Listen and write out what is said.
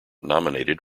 nominated